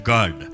God